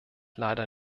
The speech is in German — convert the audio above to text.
leider